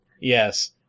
Yes